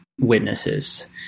witnesses